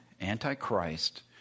anti-Christ